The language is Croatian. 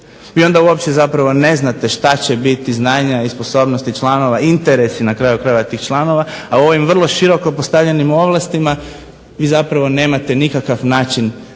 Vi onda uopće zapravo ne znate šta će biti znanja i sposobnosti članova, interesi na kraju krajeva tih članova, a u ovim vrlo široko postavljenim ovlastima vi zapravo nemate nikakav način da